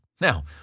Now